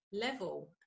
level